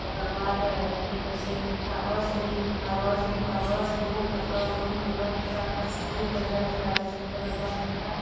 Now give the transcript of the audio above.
तेकर बाद की कहय छै कागज ही कागज उ कागज एना करलक ओना करलक पूरा परेशानी पहिले उठा दै छै तकर बाद टाका